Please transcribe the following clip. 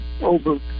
over